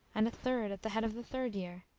and a third at the head of the third year,